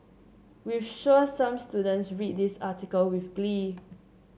we've sure some students read this article with glee